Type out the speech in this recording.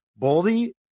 Boldy